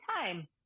time